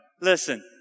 Listen